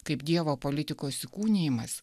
kaip dievo politikos įkūnijimas